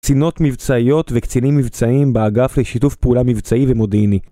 קצינות מבצעיות וקצינים מבצעיים באגף לשיתוף פעולה מבצעי ומודיעיני